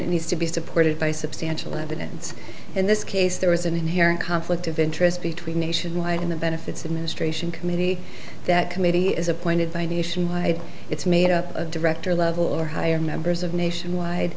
it needs to be supported by substantial evidence in this case there is an inherent conflict of interest between nationwide and the benefits administration committee that committee is appointed by nationwide it's made up of director level or higher members of nationwide